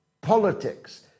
politics